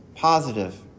positive